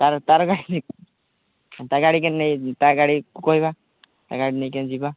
ତା'ର ତା'ର ଗାଡ଼ି ନେଇ ତା ଗାଡ଼ି ତା ଗାଡ଼ିକୁ କହିବା ତା ଗାଡ଼ି ନେଇକି ଯିବା